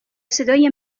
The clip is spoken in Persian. صدای